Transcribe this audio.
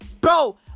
Bro